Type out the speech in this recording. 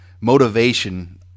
motivation